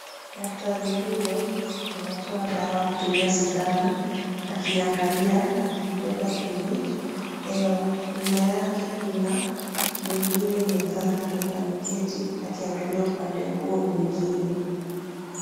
Daktari huyo anatoa dawa kutumia sindano, akiangalia akiibeba kwenye hewa. Nyuma yake kuna mwingine mwenzake mwenye ameketi, akiangalia upande huo mwingine.